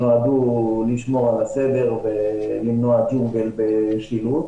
הם נועדו לשמור על הסדר ולמנוע ג'ונגל בשילוט.